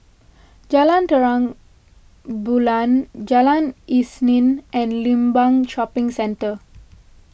Jalan Terang Bulan Jalan Isnin and Limbang Shopping Centre